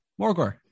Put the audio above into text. Morgor